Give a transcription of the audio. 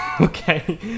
Okay